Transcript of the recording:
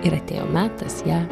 ir atėjo metas ją